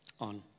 on